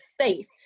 safe